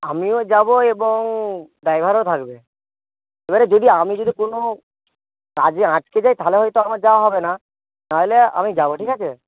আমিও যাবো এবং ডাইভারও থাকবে এবারে যদি আমি যদি কোনো কাজে আঁটকে যাই তাহলে হয়তো আমার যাওয়া হবে না নাহলে আমি যাবো ঠিক আছে